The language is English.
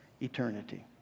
eternity